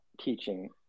teaching